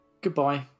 Goodbye